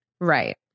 right